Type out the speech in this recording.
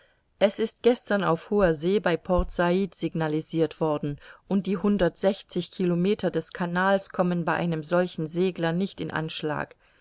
es ist gestern auf hoher see bei port said signalisirt worden und die hundertsechzig kilometer des canals kommen bei einem solchen segler nicht in anschlag